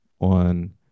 on